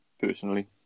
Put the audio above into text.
personally